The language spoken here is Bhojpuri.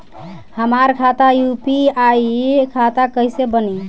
हमार खाता यू.पी.आई खाता कइसे बनी?